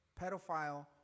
pedophile